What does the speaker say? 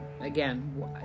again